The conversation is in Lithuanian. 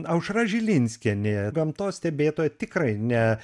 aušra žilinskienė gamtos stebėtoja tikrai ne